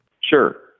Sure